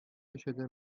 кичәдә